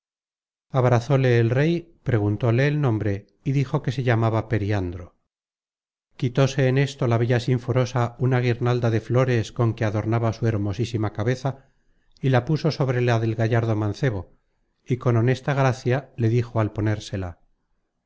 abrazole el rey preguntóle el nombre y dijo que se llamaba periandro quitóse en esto la bella sinforosa una guirnalda de flores con que adornaba su hermosísima cabeza y la puso sobre la del gallardo mancebo y con honesta gracia le dijo al ponérsela